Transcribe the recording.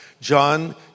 John